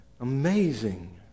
Amazing